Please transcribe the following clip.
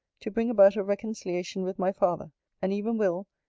to bring about a reconciliation with my father and even will,